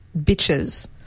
bitches